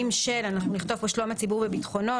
של..." אנחנו נכתוב פה: "שלום הציבור וביטחונו,